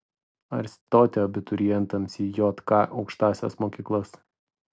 ar stoti abiturientams į jk aukštąsias mokyklas